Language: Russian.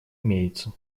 имеется